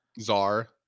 Czar